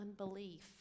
unbelief